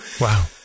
Wow